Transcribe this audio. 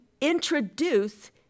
introduce